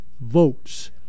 votes